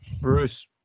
Bruce